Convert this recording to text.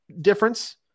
difference